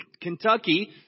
Kentucky